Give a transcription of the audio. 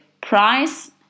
Price